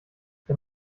der